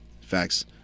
Facts